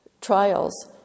trials